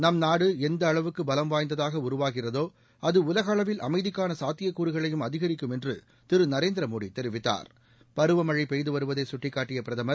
நம் நாடு எந்த அளவுக்கு பல வாய்ந்ததாக உருவாகிறதோ அது உலக அளவில் அமைதிக்கான சாத்தியக்கூறுகளையும் அதிகரிக்கும் என்று திரு நரேந்திரமோடி தெரிவித்தாள் பருவமழை பெய்து வருவதை சுட்டிக்காட்டிய பிரதமர்